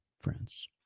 friends